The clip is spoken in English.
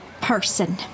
person